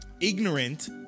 ignorant